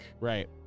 Right